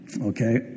okay